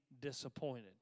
disappointed